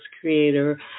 creator